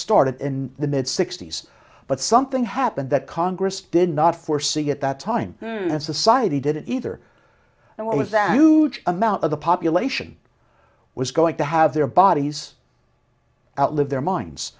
started in the mid sixty's but something happened that congress did not foresee at that time and society didn't either and what was that huge amount of the population was going to have their bodies outlive their minds